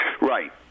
Right